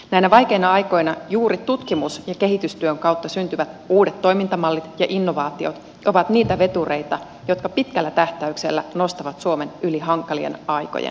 näinä vaikeina aikoina juuri tutkimus ja kehitystyön kautta syntyvät uudet toimintamallit ja innovaatiot ovat niitä vetureita jotka pitkällä tähtäyksellä nostavat suomen yli hankalien aikojen